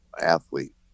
athlete